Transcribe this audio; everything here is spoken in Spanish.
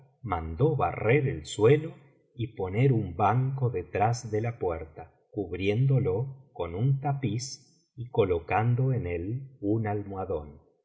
mandó barrer el suelo y poner un banco detrás de la puerta cubriéndolo con un tapiz y colocando en él un almohadón